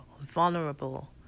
vulnerable